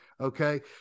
Okay